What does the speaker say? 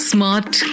Smart